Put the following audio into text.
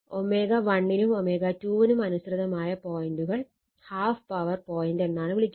ω1 നും ω2 നും അനുസൃതമായ പോയന്റുകൾ ഹാഫ് പവർ പോയിന്റ് എന്നാണ് വിളിക്കുന്നത്